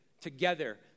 together